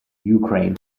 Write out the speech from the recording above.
ukraine